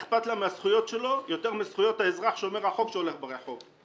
אכפת לה מהזכויות שלו יותר מזכויות האזרח שומר החוק שהולך ברחוב.